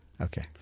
Okay